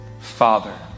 Father